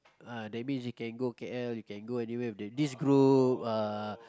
uh that means we can go k_l we can go anywhere with that this group ah